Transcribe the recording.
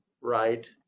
right